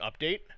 update